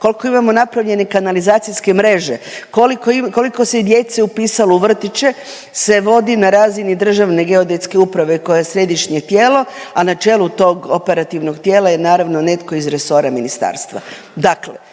koliko imamo napravljene kanalizacijske mreže, koliko se djece upisalo u vrtiće se vodi na razini Državne geodetske uprave koja je središnje tijelo, a na čelu tog operativnog tijela je naravno netko iz resora ministarstva.